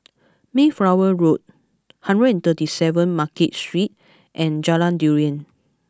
Mayflower Road hundred and thirty seven Market Street and Jalan Durian